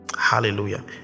Hallelujah